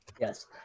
yes